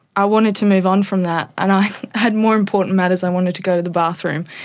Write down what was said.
i wanted to move on from that and i had more important matters, i wanted to go to the bathroom.